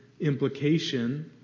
implication